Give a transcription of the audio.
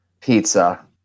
pizza